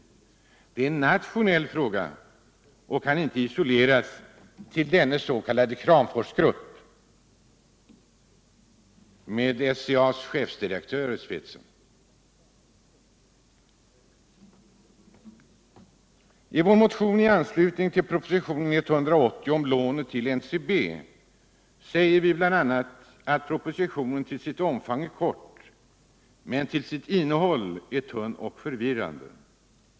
Detta är en nationell fråga och kan inte isoleras till den s.k. Kramforsgruppen med SCA:s chef i spetsen. I vår motion i anslutning till propositionen 180 om lånet till NCB säger vi bl.a. att propositionen till sitt omfång är kort men till sitt innehåll tunn och förvirrande.